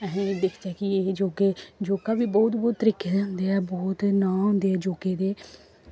अस दिखचै कि एह् योग बी बौह्त तरीके दा होंदा ऐ बौह्त नांऽ होंदे ऐ योगे दे